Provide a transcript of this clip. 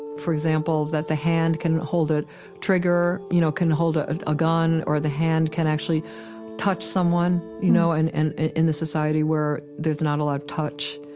for example, that the hand can hold a trigger, you know, can hold a a gun or the hand can actually touch someone, you know, and and in the society where there's not a lot of touch.